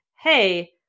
hey